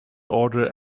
order